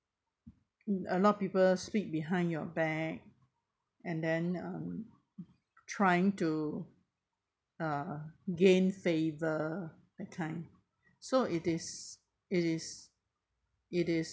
a lot of people speak behind your back and then um trying to uh gain favour that kind so it is it is it is